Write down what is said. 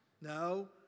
No